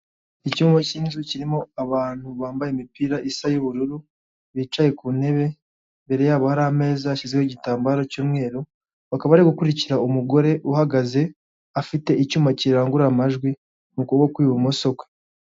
Icyumba cy'inzu kirimo abantu bambaye imipira isa y'ubururu bicaye ku ntebe, imbere yabo hari ameza yashyizeho igitambaro cy'umweru. Bakaba bari gukurikira umugore uhagaze afite icyuma kirangurura amajwi mu kuboko kw'ibumoso kwe.